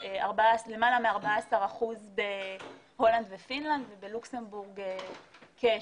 למעלה מ-14% בהולנד ובפינלנד, ובלוקסמבורג כ-12%,